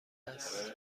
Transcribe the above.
است